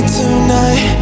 tonight